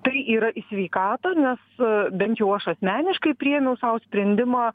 tai yra į sveikatą nes bent jau aš asmeniškai priėmiau sau sprendimą